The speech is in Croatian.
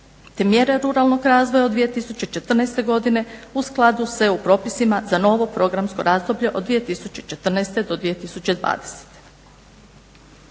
te mjere ruralnog razvoja od 2014. godine u skladu s EU propisima za novo programsko razdoblje od 2014. do 2020.